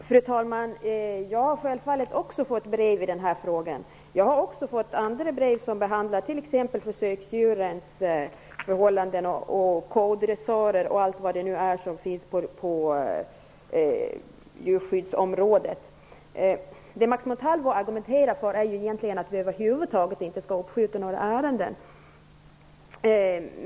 Fru talman! Jag har självfallet fått brev i frågan. Jag har fått andra brev som behandlar t.ex. förhållanden för försöksdjur och kodressörer och allt vad det kan vara fråga om på djurskyddsområdet. Max Montalvo argumenterar egentligen för att vi över huvud taget inte skall uppskjuta några ärenden.